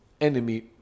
enemy